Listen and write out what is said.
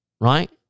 Right